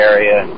Area